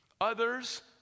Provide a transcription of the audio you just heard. Others